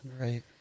Right